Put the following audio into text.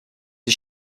are